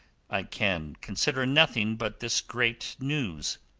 i can consider nothing but this great news.